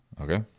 Okay